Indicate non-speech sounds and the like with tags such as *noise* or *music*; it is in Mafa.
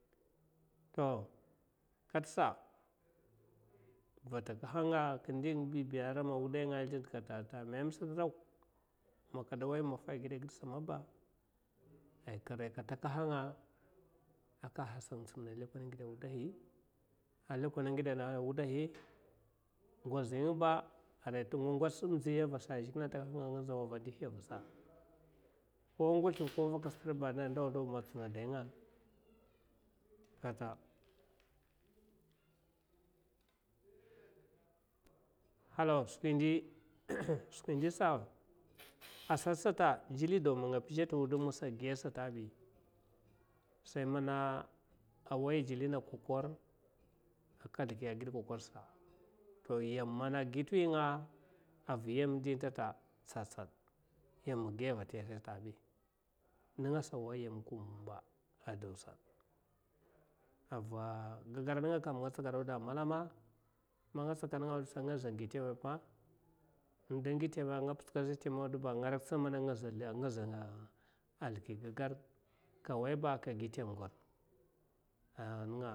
To kat’sa katakahai nga, a kin indi bibiya ara man wudai nga a sldin dakata meme satdwak ma kada wai matta’a a gidagidso mabba aika aria katahaka nga a kasang simna lukol ngida ana wudadi ngozi ngiba aria ta ngwats simnzi rasa’a zhikle a takahanga a nzaw a vai ndihiya a rasa ko a ngwaslim ko a vakad stadba a ndawa ndawa a ta tsina dainga kata halaw skwindi, *noise* skwi indisa a satsa ta jii, ataw man nga pizha ta wudumsa a giya satabi sai mana awai jillina kwakwar a ka sidikiya a gid kwakwarsa to yam mana a gi tuwinga a va yam ditaka tsatsad yama a giya vatiya satabi in nasa a wai yam kumba a dawsa ava gagar ninga kam nga tsakad’ dawdai a malama ma nga tsakad’dawdasa a nga zagi temapa inda ngi tenapa’ba nga ratsa mining a ngaza sldiki gagar kawaiba kagi temapa mana gwar. *unintelligible*